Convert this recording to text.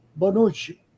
Bonucci